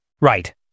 Right